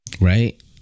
Right